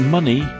Money